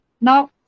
Now